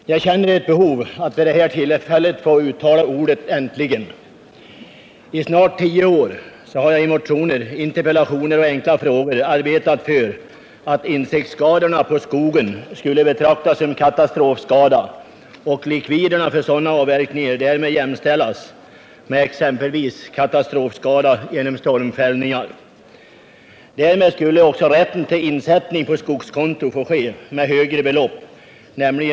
Herr talman! Jag känner ett behov av att vid detta tillfälle få uttala ordet äntligen. I snart tio år har jag i motioner, interpellationer och frågor arbetat för att insektsskadorna på skogen skulle betraktas som katastrofskada och likviderna för sådana avverkningar därmed jämställas med exempelvis katastrofskada genom stormfällningar. Därmed skulle också insättning på skogskonto få ske med högre belopp.